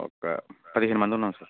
ఒక పదిహేను మంది ఉన్నాం సార్